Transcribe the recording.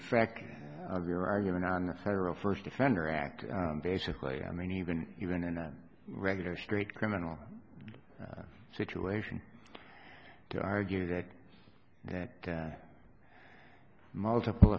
effect of your argument on the federal first offender act basically i mean even even in a regular straight criminal situation to argue that that multiple